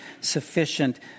sufficient